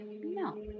No